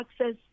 access